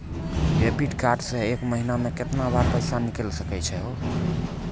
Debit card से एक महीना मा केतना बार पैसा निकल सकै छि हो?